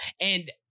and-